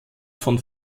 von